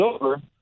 over